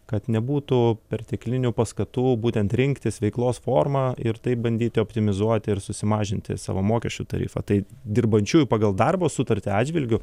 kad nebūtų perteklinių paskatų būtent rinktis veiklos formą ir taip bandyti optimizuoti ir susimažinti savo mokesčių tarifą tai dirbančiųjų pagal darbo sutartį atžvilgiu